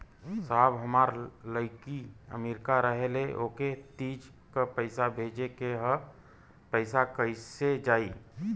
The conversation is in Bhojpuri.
साहब हमार लईकी अमेरिका रहेले ओके तीज क पैसा भेजे के ह पैसा कईसे जाई?